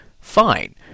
Fine